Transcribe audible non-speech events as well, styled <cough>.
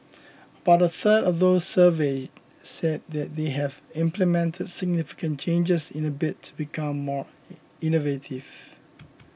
about a third of those surveyed said that they have implemented significant changes in a bid to become more <noise> innovative